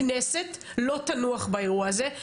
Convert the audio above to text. הכנסת לא תנוח באירוע הזה,